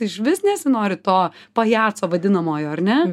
išvis nesinori to pajaco vadinamojo ar ne